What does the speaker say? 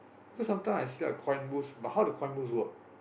you know sometime I see a coin boost but how the coin boost work